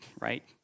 right